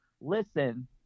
listen